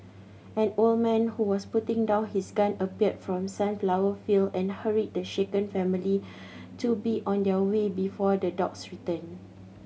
an old man who was putting down his gun appeared from sunflower field and hurried the shaken family to be on their way before the dogs return